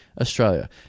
australia